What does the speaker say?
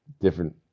different